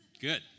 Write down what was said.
Good